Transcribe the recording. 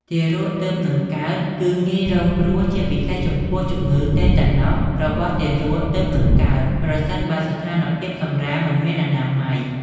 ទារកទើបនឹងកើតគឺងាយរងគ្រោះជាពិសេសចំពោះជំងឺតេតាណូសរបស់ទារកទើបនឹងកើត ប្រសិនបើស្ថានភាពសម្រាលមិនមានអនាម័យ។